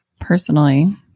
personally